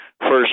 first